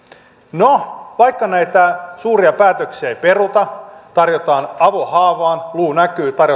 no vaikka näitä suuria päätöksiä ei peruta tarjotaan avohaavaan luu näkyy